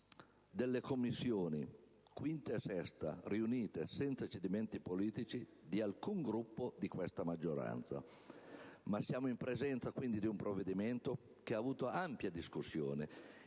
delle Commissioni 5a e 6a riunite senza cedimenti politici di alcun Gruppo di questa maggioranza. Siamo in presenza, quindi, di un provvedimento che ha avuto ampia discussione